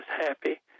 happy